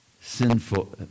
Sinful